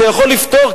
שיכול לפתור,